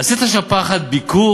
עשית שם פעם אחת ביקור?